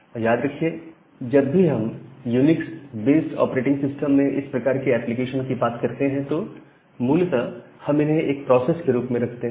और याद रखिए कि जब भी हम यूनिक्स बेस्ड सिस्टम में इस प्रकार के एप्लीकेशन की बात करते हैं तो मूलतः हम इन्हें एक प्रोसेस के रूप में रखते हैं